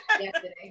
Yesterday